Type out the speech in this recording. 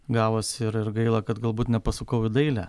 gavosi ir ir gaila kad galbūt nepasukau į dailę